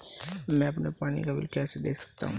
मैं अपना पानी का बिल कैसे देख सकता हूँ?